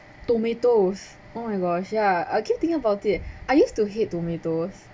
tomatoes oh my gosh ya I keep think about it I used to hate tomatoes